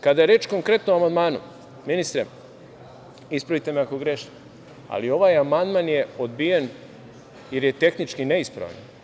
Kada je reč konkretno o amandmanu, ministre, ispravite me ako grešim, ali ovaj amandman je odbijen, jer je tehnički neispravan.